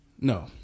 No